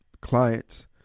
clients